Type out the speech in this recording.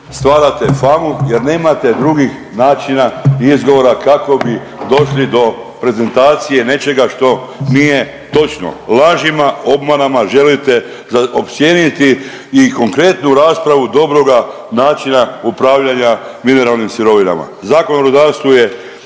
stvarate famu jer nemate drugih načina i izgovora kako bi došli do prezentacije nečega što nije točno, lažima i obmanama želite opsjeniti i konkretnu raspravu dobroga načina upravljanja mineralnim sirovinama. Zakon o rudarstvu je